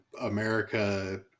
America